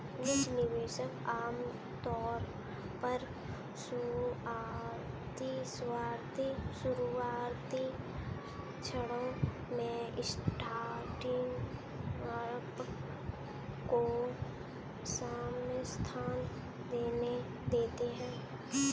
निजी निवेशक आमतौर पर शुरुआती क्षणों में स्टार्टअप को समर्थन देते हैं